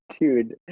dude